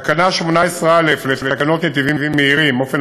תקנה 18(א) לתקנות נתיבים מהירים (אופן